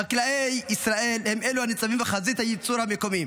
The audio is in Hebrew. חקלאי ישראל הם אלו הניצבים בחזית הייצור המקומי,